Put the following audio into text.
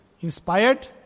inspired